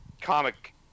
comic